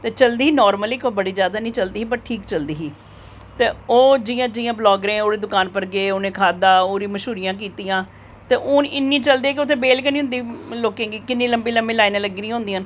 चलदी ही नॉर्मल पर बड़ी जादा निं चलदी ही ठीक चलदी ही ते ओह् जियां जियां ब्लॉगर ओह्दी दुकान उप्पर गे खाद्धा ते ओह्दी मशहूरियां कीतियां हून इन्नी चलदी की उत्थें बेह्ल निं होंदी लोकें गी ते इन्नी लम्मी लाईनां लग्गी दियां होंदियां न